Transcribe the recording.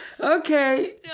okay